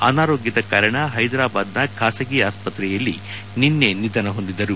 ಅನಾರೋಗ್ಯದ ಕಾರಣ ಹೈದರಾಬಾದ್ ನ ಖಾಸಗಿ ಆಸ್ಪತ್ರೆಯಲ್ಲಿ ನಿನ್ನೆ ನಿಧನ ಹೊಂದಿದ್ದಾರೆ